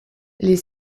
les